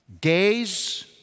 Gaze